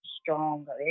stronger